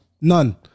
None